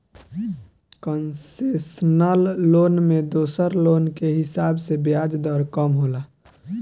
concessional loan में दोसर loan के हिसाब से ब्याज दर कम होला